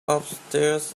upstairs